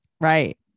Right